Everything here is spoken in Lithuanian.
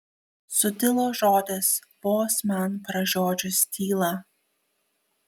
sudilo žodis vos man pražiodžius tylą